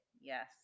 Yes